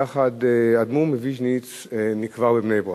האדמו"ר מוויז'ניץ נקבר בבני-ברק,